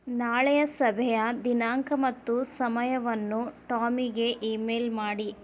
ನಾಳೆಯ ಸಭೆಯ ದಿನಾಂಕ ಮತ್ತು ಸಮಯವನ್ನು ಟಾಮಿಗೆ ಇಮೇಲ್ ಮಾಡಿ